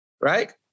Right